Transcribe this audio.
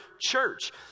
church